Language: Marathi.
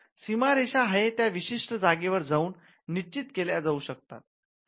'सीमारेषा'आहे त्या विशिष्ट जागेवर जाऊन निश्चित केल्या जाऊ शकतात